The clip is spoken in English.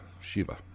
Shiva